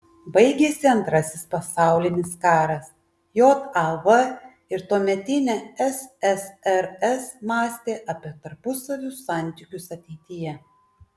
baigėsi antrasis pasaulinis karas jav ir tuometinė ssrs mąstė apie tarpusavio santykius ateityje